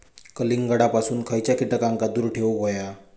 कलिंगडापासून खयच्या कीटकांका दूर ठेवूक व्हया?